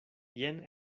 jen